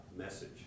Message